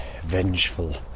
vengeful